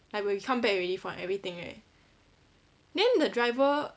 like when we come back already from everything right then the driver